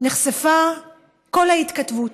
נחשפה כל ההתכתבות,